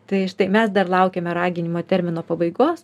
tai štai mes dar laukiame raginimo termino pabaigos